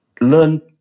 learn